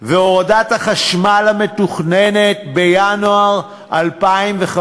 והורדת מחירי החשמל המתוכננת לינואר 2015